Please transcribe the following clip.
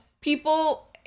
people